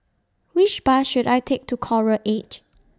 Which Bus should I Take to Coral Edge